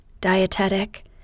dietetic